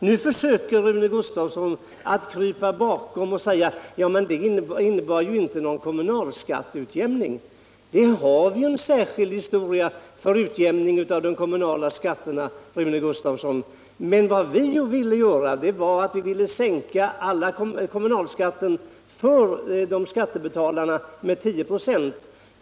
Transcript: Nu försöker Rune Gustavsson krypa undan genom att säga att den föreslagna lösningen inte innebär någon kommunal skatteutjämning. Men vi har ju en särskild metod för utjämning av de kommunala skatterna, Rune Gustavsson. Vi ville sänka kommunalskatten för skattebetalarna med 10 20.